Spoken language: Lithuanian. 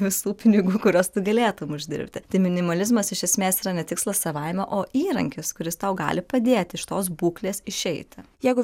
visų pinigų kuriuos tu galėtum uždirbti tai minimalizmas iš esmės yra ne tikslas savaime o įrankis kuris tau gali padėti iš tos būklės išeiti jeigu